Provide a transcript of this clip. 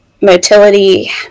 motility